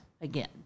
again